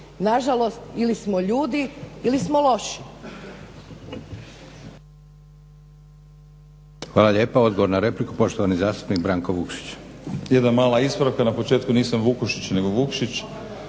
Na žalost, ili smo ljudi ili smo loši.